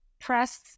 press